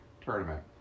tournament